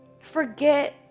forget